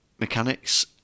mechanics